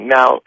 Now